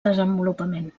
desenvolupament